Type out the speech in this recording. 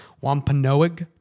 Wampanoag